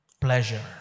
Pleasure